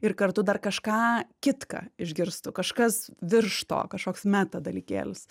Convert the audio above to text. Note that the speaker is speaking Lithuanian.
ir kartu dar kažką kitką išgirstu kažkas virš to kažkoks meta dalykėlis